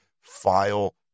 file